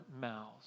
mouths